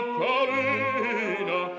carina